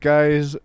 Guys